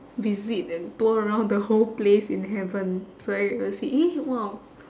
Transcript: visit and tour around the whole place in heaven that's where you will see eh !wow!